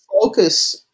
focus